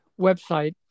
website